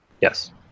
Yes